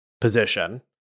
position